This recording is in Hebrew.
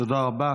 תודה רבה.